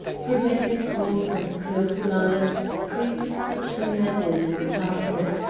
projecting poles and clothes-lines created such a medley in the darkness,